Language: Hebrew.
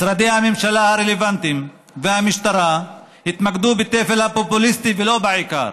משרדי הממשלה הרלוונטיים והמשטרה התמקדו בטפל הפופוליסטי ולא בעיקר.